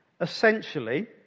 essentially